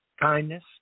kindness